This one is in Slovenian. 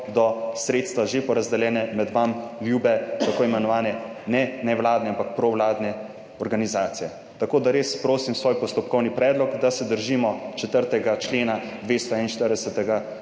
bodo sredstva že porazdeljena med vam ljube tako imenovane ne nevladne, ampak provladne organizacije. Tako da res prosim, postopkovni predlog, da se držimo četrtega odstavka 241.